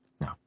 no